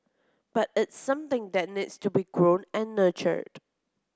but it's something that needs to be grown and nurtured